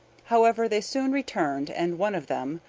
however, they soon returned, and one of them,